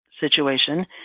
situation